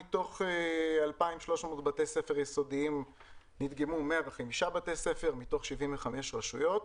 מתוך 2,300 בתי ספר יסודיים נדגמו 105 בתי ספר מתוך 75 רשויות.